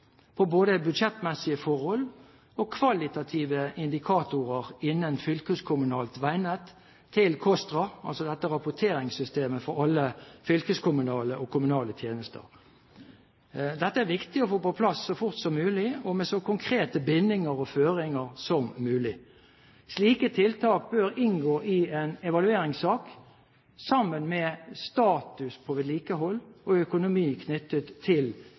av både budsjettmessige forhold og kvalitative indikatorer innen fylkeskommunalt veinett til KOSTRA, altså dette rapporteringssystemet for alle fylkeskommunale og kommunale tjenester. Dette er viktig å få på plass så fort som mulig og med så konkrete bindinger og føringer som mulig. Slike tiltak bør inngå i en evalueringssak sammen med status på vedlikehold og økonomi knyttet til